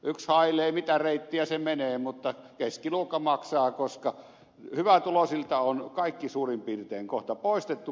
yks hailee mitä reittiä se menee mutta keskiluokka maksaa koska hyvätuloisilta on kaikki suurin piirtein kohta poistettu